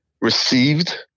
received